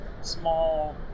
small